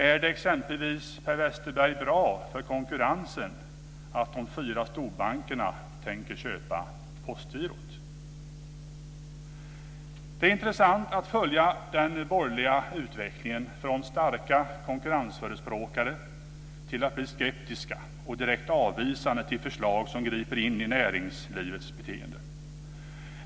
Är det exempelvis bra för konkurrensen, Per Westerberg, att de fyra storbankerna tänker köpa Postgirot? Det är intressant att följa den borgerliga utvecklingen från att vara starka konkurrensförespråkare till att bli skeptiska och direkt avvisande till förslag som griper in i näringslivets beteende.